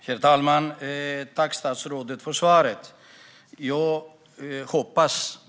Herr talman! Jag tackar statsrådet för svaret.